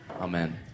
Amen